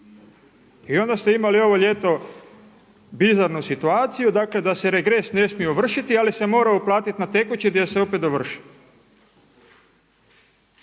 I onda ste imali ovo ljeto bizarnu situaciju dakle da se regres ne smije ovršiti ali se morao uplatiti na tekući gdje se opet ovršio.